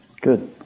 Good